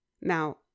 Now